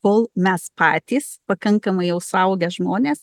kol mes patys pakankamai jau suaugę žmonės